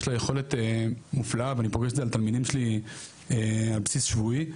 יש לה יכולת מופלאה ואני פוגש את זה על תלמידים שלי על בסיס שבועי,